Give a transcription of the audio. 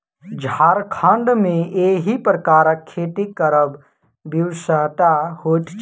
झारखण्ड मे एहि प्रकारक खेती करब विवशता होइत छै